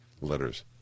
letters